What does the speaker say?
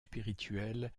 spirituelle